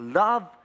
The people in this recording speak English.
love